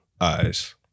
Eyes